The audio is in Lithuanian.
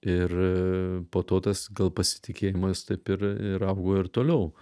ir po to tas gal pasitikėjimas taip ir ir augo ir toliau